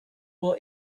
will